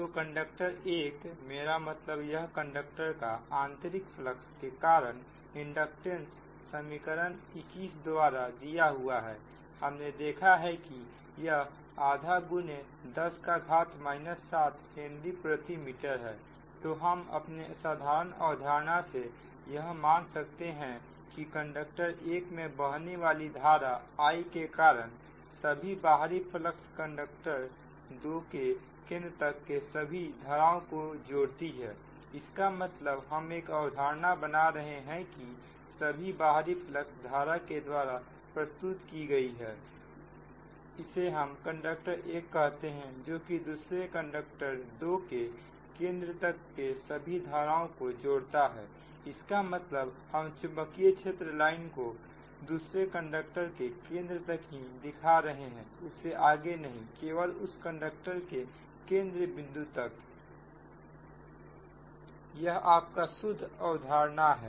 तो कंडक्टर 1 मेरा मतलब यह कंडक्टर का आंतरिक फ्लक्स के कारण इंडक्टेंस समीकरण 21 द्वारा दिया हुआ है हमने देखा है कि यह आधा गुने 10 का घात 7 हेनरी प्रति मीटर है तो हम अपने साधारण अवधारणा से यह मान सकते हैं कि कंडक्टर 1 मे बहने वाली धारा I के कारण सभी बाहरी फ्लक्स कंडक्टर दो के केंद्र तक के सभी धाराओं को जोड़ती है इसका मतलब हम एक अवधारणा बना रहे हैं की सभी बाहरी फ्लक्स धारा के द्वारा प्रस्तुत की गई है इसे हम कंडक्टर 1 कहते हैं जो कि दूसरे कंडक्टर 2 के केंद्र तक के सभी धारा को जोड़ता है इसका मतलब हम चुंबकीय क्षेत्र लाइन को दूसरे कंडक्टर के केंद्र तक ही दिखा रहे हैं उससे आगे नहीं केवल उस कंडक्टर के केंद्र बिंदु तक यह आपका शुद्ध अवधारणा है